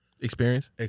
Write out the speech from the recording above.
Experience